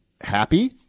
happy